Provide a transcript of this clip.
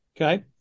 Okay